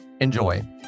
Enjoy